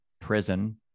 prison